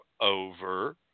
over